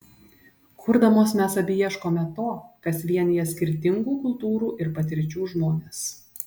kurdamos mes abi ieškome to kas vienija skirtingų kultūrų ir patirčių žmones